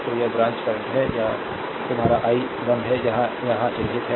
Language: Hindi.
तो ये ब्रांच करंट है यह your i 1 है यह यहाँ चिह्नित है